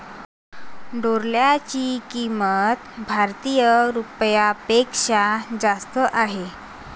डॉलरची किंमत भारतीय रुपयापेक्षा जास्त आहे